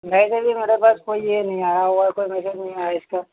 نہیں تو ابھی میرے پاس کوئی یہ نہیں آیا ہُوا ہے کوئی میسیج نہیں آیا اِس کا